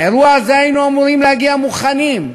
לאירוע הזה היינו אמורים להגיע מוכנים,